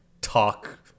talk